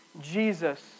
Jesus